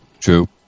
True